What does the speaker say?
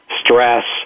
stress